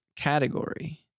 Category